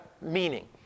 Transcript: meaning